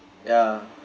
ya